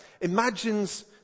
imagines